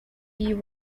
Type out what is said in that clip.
view